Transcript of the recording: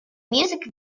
music